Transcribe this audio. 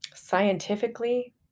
scientifically